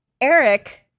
Eric